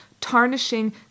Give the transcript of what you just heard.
tarnishing